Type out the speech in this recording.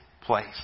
place